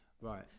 Right